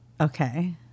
Okay